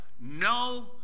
no